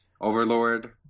Overlord